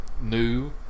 new